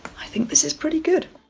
i think this is pretty good.